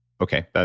Okay